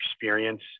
experience